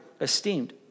esteemed